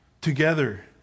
together